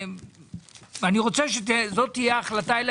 אני רוצה שזאת תהיה החלטת הוועדה,